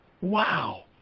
Wow